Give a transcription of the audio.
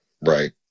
right